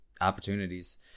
opportunities